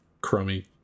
crummy